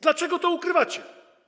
Dlaczego to ukrywacie?